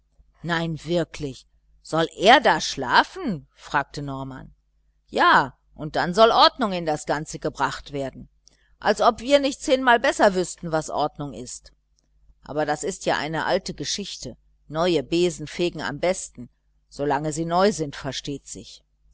nein wirklich soll er da schlafen fragte norman ja und dann soll ordnung in das ganze gebracht werden als ob wir nicht zehnmal besser wüßten was ordnung ist aber das ist ja eine alte geschichte neue besen fegen am besten solange sie neu sind versteht sich